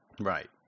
Right